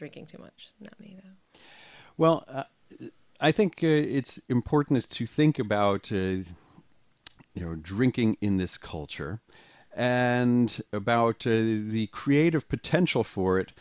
drinking too much well i think it's important to think about you know drinking in this culture and about the creative potential for it